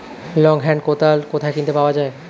Long hand কোদাল কোথায় কিনতে পাওয়া যায়?